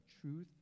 truth